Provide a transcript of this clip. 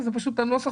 במונית,